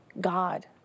God